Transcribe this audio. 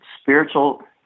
spiritual